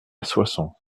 soissons